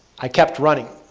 i kept running.